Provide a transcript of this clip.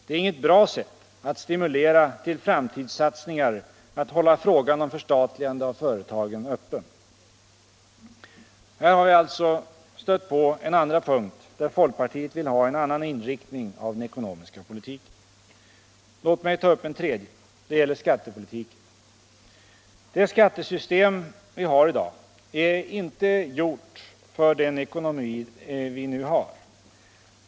Det är inget bra sätt att stimulera till framtidssatsningar att hålla frågan om förstatligande av företagen öppen. Här har vi alltså stött på en andra punkt där folkpartiet vill ha en annan inriktning av den ekonomiska politiken. Låt mig ta upp en tredje. Den gäller skattepolitiken. Det skattesystem som finns i dag är inte gjort för den ekonomi vi nu har.